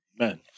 Amen